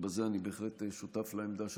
ובזה אני שותף לעמדה שלך,